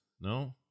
No